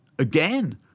Again